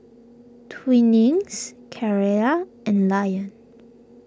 Twinings Carrera and Lion